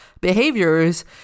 behaviors